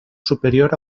superior